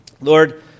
Lord